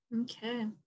Okay